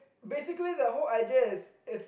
basically the whole idea is it's